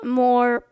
more